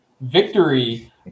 victory